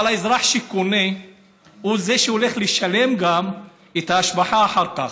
אבל האזרח שקונה הוא זה שגם הולך לשלם את ההשבחה אחר כך.